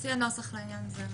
נציע נוסח לעניין הזה.